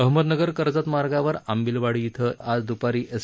अहमदनगर कर्जत मार्गावर आंबिलवाडी इथं आज दुपारी एस